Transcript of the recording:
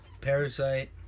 Parasite